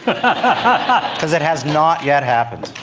but because it has not yet happened.